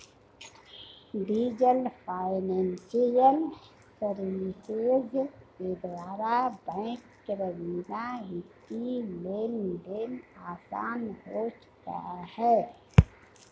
diesel financial services के द्वारा bank रवीना वित्तीय लेनदेन आसान हो चुका है